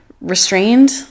restrained